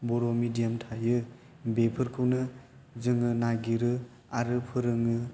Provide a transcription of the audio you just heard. बर' medium थायो बेफोरखौनो जोङो नागिरो आरो फोरोङो